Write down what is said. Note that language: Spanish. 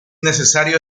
necesario